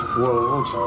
world